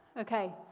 Okay